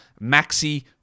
Maxi